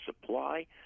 supply